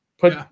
put